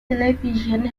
television